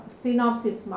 synopsis